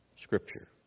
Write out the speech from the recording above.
Scripture